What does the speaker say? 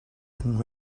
and